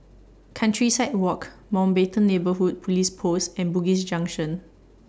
Countryside Walk Mountbatten Neighbourhood Police Post and Bugis Junction